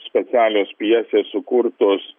specialios pjesės sukurtos